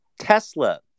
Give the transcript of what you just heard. Tesla